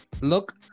Look